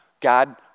God